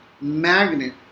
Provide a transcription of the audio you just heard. magnet